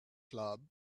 club